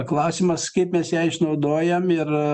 klausimas kaip mes ją išnaudojam ir